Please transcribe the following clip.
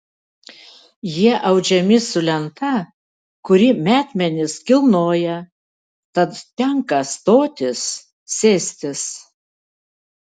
jie audžiami su lenta kuri metmenis kilnoja tad tenka stotis sėstis